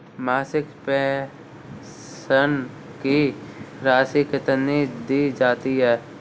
मासिक पेंशन की राशि कितनी दी जाती है?